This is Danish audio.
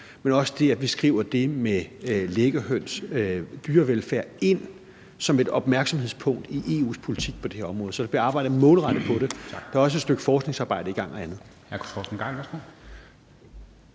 der også det, at vi skriver det med liggehøns' dyrevelfærd ind som et opmærksomhedspunkt i EU's politik på det her område. Så der bliver arbejdet målrettet på det. Der er også et stykke forskningsarbejde og andet